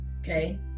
Okay